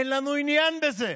אין לנו עניין בזה,